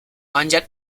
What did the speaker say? ancak